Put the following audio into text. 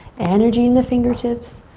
energy in the fingertips,